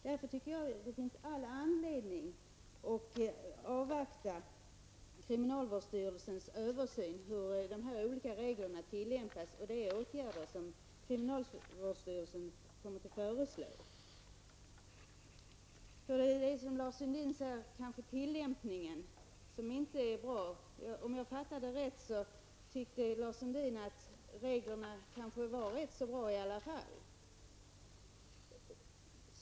Därför tycker jag att det finns all anledning att avvakta kriminalvårdsstyrelsens översyn över hur reglerna tillämpas och de åtgärder som kriminalvårdsstyrelsen kommer att föreslå. Lars Sundin säger att tillämpningen inte är så bra. Om jag uppfattade det rätt tycker Lars Sundin att reglerna kanske har varit bra i alla fall.